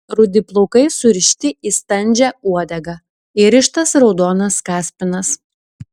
rudi plaukai surišti į standžią uodegą įrištas raudonas kaspinas